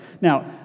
Now